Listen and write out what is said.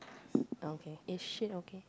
okay eh shit okay